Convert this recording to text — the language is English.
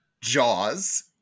Jaws